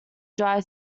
dry